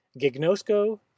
Gignosco